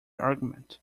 argument